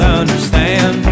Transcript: understand